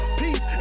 peace